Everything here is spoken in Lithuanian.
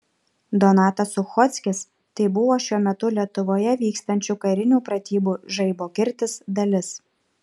donatas suchockis tai buvo šiuo metu lietuvoje vykstančių karinių pratybų žaibo kirtis dalis